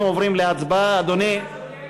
אנחנו עוברים להצבעה, אדוני.